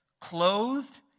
clothed